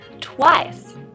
twice